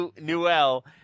Newell